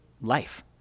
life